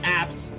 apps